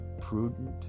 prudent